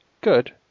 good